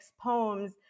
poems